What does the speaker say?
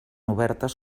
obertes